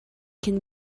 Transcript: can